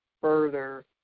further